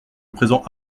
présent